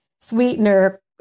sweetener